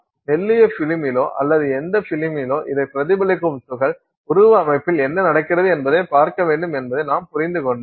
மெல்லிய பிலிமிலோ அல்லது எந்தப் பிலிமிலோ இதைப் பிரதிபலிக்கும் துகள் உருவ அமைப்பில் என்ன நடக்கிறது என்பதை பார்க்க வேண்டும் என்பதை நாம் புரிந்து கொண்டோம்